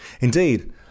Indeed